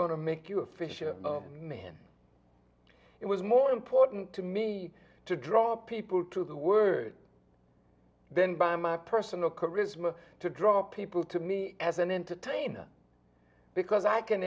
to make you a fish in a man it was more important to me to draw people to the word then by my personal charisma to draw people to me as an entertainer because i can